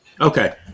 Okay